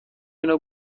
اینو